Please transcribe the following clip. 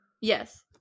Yes